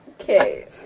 Okay